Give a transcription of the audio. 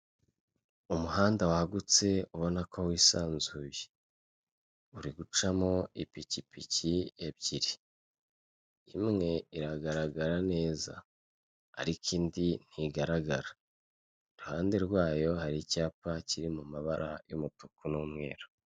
Umuhanda wagutse ubona ko wisanzuye uri gucamo ipikipiki ebyiri, imwe iragaragara neza, ariko indi ntigaragara iruhande rwayo icyapa kiri mu mabara y'umutuku n'umweru.